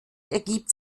ergibt